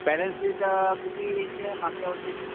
balance sheet कितीचे आहे मागच्या वर्षीची